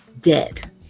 dead